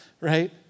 right